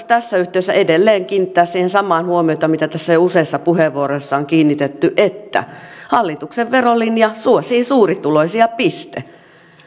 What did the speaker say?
tässä yhteydessä edelleen kiinnittää huomiota siihen samaan mihin tässä jo useissa puheenvuoroissa on kiinnitetty että hallituksen verolinja suosii suurituloisia piste